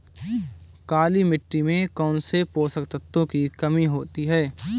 काली मिट्टी में कौनसे पोषक तत्वों की कमी होती है?